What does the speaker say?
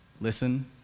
Listen